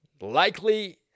likely